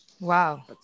wow